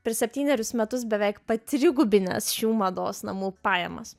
per septynerius metus beveik patrigubinęs šių mados namų pajamas